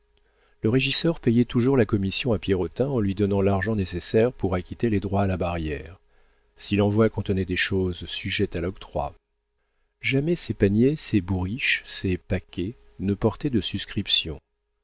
le régisseur payait toujours la commission à pierrotin en lui donnant l'argent nécessaire pour acquitter les droits à la barrière si l'envoi contenait des choses sujettes à l'octroi jamais ces paniers ces bourriches ces paquets ne portaient de suscription